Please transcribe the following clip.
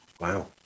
Wow